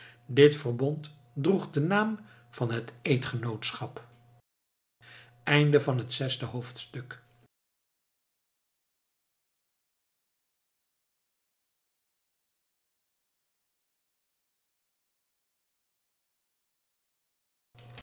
dit verbond droeg den naam van het eedgenootschap zevende hoofdstuk